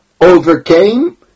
overcame